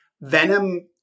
Venom